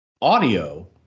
Audio